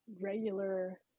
regular